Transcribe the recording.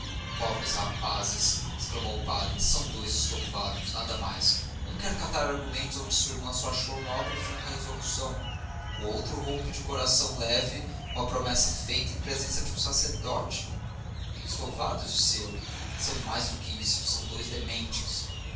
pobres rapazes exclamou o padre são dois estouvados nada mais um quer catar argumentos onde sua irmã só achou nobre e franca resolução o outro rompe de coração leve uma promessa feita em presença de um sacerdote estouvados disse eu são mais do que isso são dois dementes